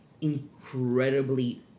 incredibly